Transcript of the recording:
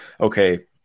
okay